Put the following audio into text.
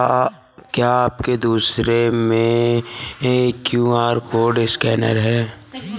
क्या आपके दुकान में क्यू.आर कोड स्कैनर है?